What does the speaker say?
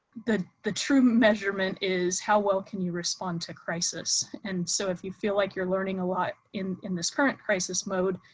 the the true measurement is how well can you respond to crisis. and so if you feel like you're learning a lot in in this current crisis mode.